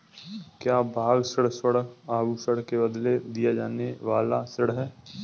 क्या मांग ऋण स्वर्ण आभूषण के बदले दिया जाने वाला ऋण है?